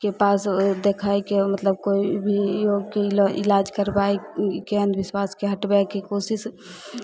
के पास देखाय कऽ मतलब कोइ भी ओकिल इलाज करवाए कऽ अन्धविश्वासके हटबैके कोशिश